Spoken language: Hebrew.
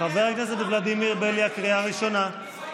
חבר הכנסת ולדימיר בליאק, קריאה ראשונה.